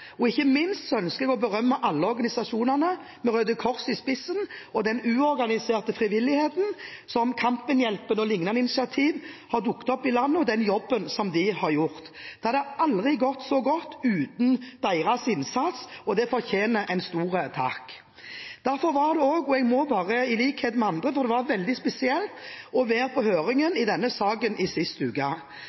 Ikke minst ønsker jeg å berømme alle organisasjonene, med Røde Kors i spissen, og den uorganiserte frivilligheten, som Kampen-hjelpen og lignende initiativ som har dukket opp i landet, og den jobben som de har gjort. Det hadde aldri gått så godt uten deres innsats, og de fortjener en stor takk. Derfor var det også – jeg må i likhet med andre inn på det – veldig spesielt å være på høringen i denne saken sist uke.